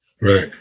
right